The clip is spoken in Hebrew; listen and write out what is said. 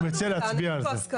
אני מציע להצביע על זה.